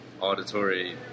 Auditory